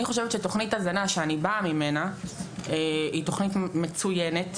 אני חושבת שתוכנית הזנה שאני באה ממנה היא תוכנית מצוינת,